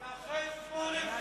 זה אחרי שמונה שנים,